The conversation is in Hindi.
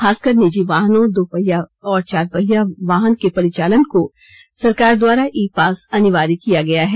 खासकर निजी वाहनों दो पहिया और चार पहिया वाहन के परिचालन के लिए सरकार द्वारा ई पास अनिवार्य किया गया है